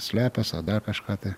slepias ar dar kažką tai